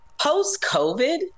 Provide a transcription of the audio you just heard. post-COVID